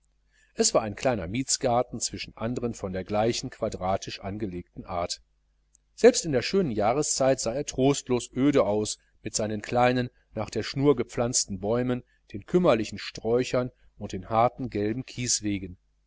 es war ein kleiner mietsgarten zwischen anderen von der gleichen quadratisch angelegten art selbst in der schönen jahreszeit sah er trostlos öde aus mit seinen kleinen nach der schnur gepflanzten bäumen den kümmerlichen sträuchern und den harten gelben